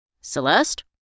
Celeste